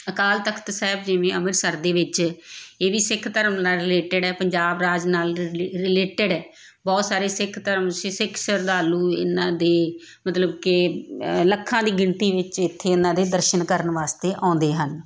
ਅਕਾਲ ਤਖ਼ਤ ਸਾਹਿਬ ਜਿਵੇਂ ਅੰਮ੍ਰਿਤਸਰ ਦੇ ਵਿੱਚ ਇਹ ਵੀ ਸਿੱਖ ਧਰਮ ਨਾਲ ਰਿਲੇਟਡ ਹੈ ਪੰਜਾਬ ਰਾਜ ਨਾਲ ਰਿਲੇਟਡ ਹੈ ਬਹੁਤ ਸਾਰੇ ਸਿੱਖ ਧਰਮ ਸੀ ਸਿੱਖ ਸ਼ਰਧਾਲੂ ਇਹਨਾਂ ਦੇ ਮਤਲਬ ਕਿ ਲੱਖਾਂ ਦੀ ਗਿਣਤੀ ਵਿੱਚ ਇੱਥੇ ਇਹਨਾਂ ਦੇ ਦਰਸ਼ਨ ਕਰਨ ਵਾਸਤੇ ਆਉਂਦੇ ਹਨ